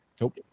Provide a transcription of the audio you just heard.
Nope